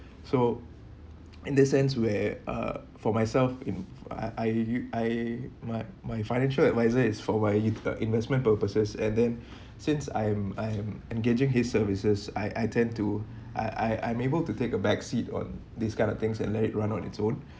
so in that sense where uh for myself in I I you I my my financial adviser is for what you in the investment purposes and then since I am I am engaging his services I I tend to I I I'm able to take a back seat on these kind of things that let it run on its own